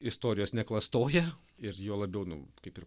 istorijos neklastoja ir juo labiau nu kaip ir